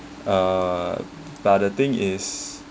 uh but the thing is